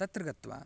तत्र गत्वा